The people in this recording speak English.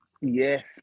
yes